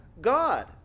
God